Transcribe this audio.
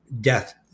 death